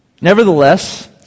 Nevertheless